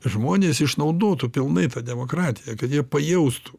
žmonės išnaudotų pilnai tą demokratiją kad jie pajaustų